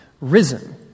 risen